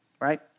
right